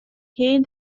hen